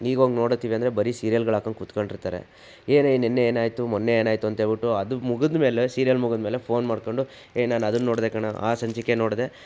ಈಗ ಹೋಗಿ ನೋಡೋಗ್ತೀವಂದರೆ ಬರೀ ಸೀರಿಯಲ್ಗಳು ಹಾಕ್ಕೊಂಡು ಕುತ್ಕೊಂಡಿರ್ತಾರೆ ಏನೇ ನಿನ್ನೆ ಏನಾಯ್ತು ಮೊನ್ನೆ ಏನಾಯ್ತು ಅಂತ ಹೇಳ್ಬಿಟ್ಟು ಅದು ಮುಗಿದ್ಮೇಲೆ ಸೀರಿಯಲ್ ಮುಗಿದ್ಮೇಲೆ ಫೋನ್ ಮಾಡ್ಕೊಂಡು ಏ ನಾನು ಅದನ್ನು ನೋಡಿದೆ ಕಣೆ ಆ ಸಂಚಿಕೆ ನೋಡಿದೆ